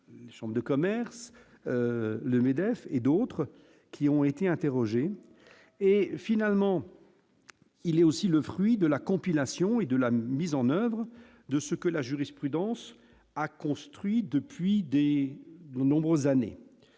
chambre de commerce, le MEDEF et d'autres qui ont été interrogées, et finalement il est aussi le fruit de la compilation et de la mise en oeuvre de ce que la jurisprudence a construit depuis de nombreuses années,